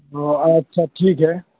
اوہ اچھا ٹھیک ہے